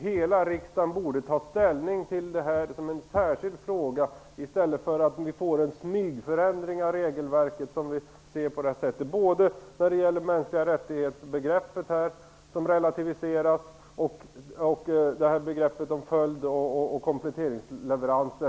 Hela riksdagen borde ta ställning till detta som en särskild fråga i stället för att det blir en smygförändring av regelverket, både när det gäller mänskliga rättighets-begreppet och ifråga om följd och kompletteringsleveranser.